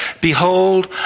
Behold